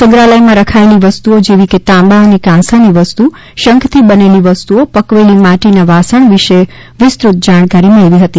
સંગ્રહાલયમાં રખાયેલી વસ્તુઓ જેવી કે તાંબા અને કાંસાની વસ્તુ શંખથી બનેલી વસ્તુઓ પકવેલી માટીના વાસણ વિષે વિસ્તૃત જાણકારી મેળવી હતી